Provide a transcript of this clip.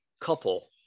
couple